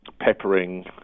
peppering